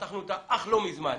תשע"ט אך לא מזמן,